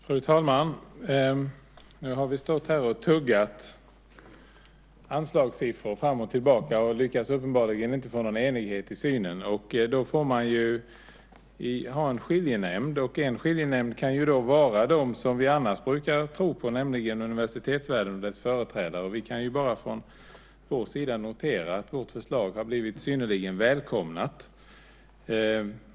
Fru talman! Nu har vi stått här och tuggat anslagssiffror fram och tillbaka och lyckas uppenbarligen inte få någon enighet i synen. Då får man ha en skiljenämnd. Och en skiljenämnd kan utgöras av dem som vi annars brukar tro på, nämligen universitetsvärlden och dess företrädare. Från vår sida kan vi notera att vårt förslag har blivit synnerligen välkomnat.